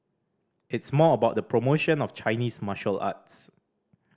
it's more about the promotion of Chinese martial arts